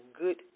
good